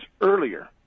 earlier